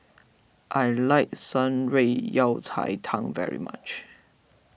I like Shan Rui Yao Cai Tang very much